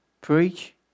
preach